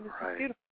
Right